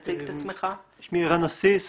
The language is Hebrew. שמי ערן עסיס.